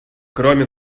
кроме